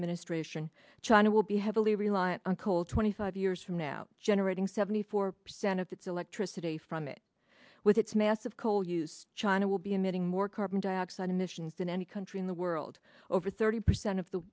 administration china will be heavily reliant on coal twenty five years from now generating seventy four percent of its electricity from it with its massive coal use china will be emitting more carbon dioxide emissions than any country in the world over thirty percent of the